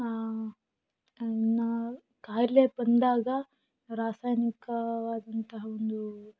ಇನ್ನು ಖಾಯಿಲೆ ಬಂದಾಗ ರಾಸಾಯನಿಕವಾದಂತಹ ಒಂದು